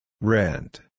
Rent